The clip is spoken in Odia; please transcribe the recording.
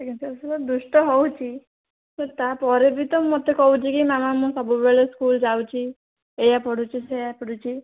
ଆଜ୍ଞା ସାର୍ ସେ ତ ଦୁଷ୍ଟ ହେଉଛି ସାର୍ ତା'ପରେ ବି ତ ମୋତେ କହୁଛି କି ମାମା ମୁଁ ସବୁବେଳେ ସ୍କୁଲ ଯାଉଛି ଏଇଆ ପଢ଼ିଛି ସେଇଆ ପଢ଼ିଛି